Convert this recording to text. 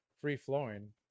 free-flowing